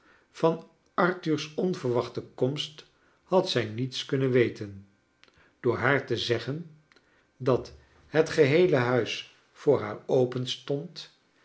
van arthur's onverwachte komst had zij niets kunnen weten door haar te zeggen dat het geheele huis voor haar open